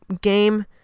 game